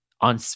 on